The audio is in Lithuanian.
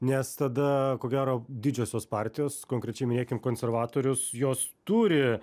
nes tada ko gero didžiosios partijos konkrečiai minėkim konservatorius jos turi